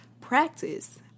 practice